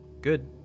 good